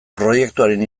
proiektuaren